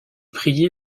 prié